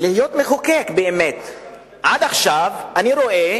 ולהיות מחוקק, עד עכשיו אני רואה